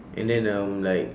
and then um like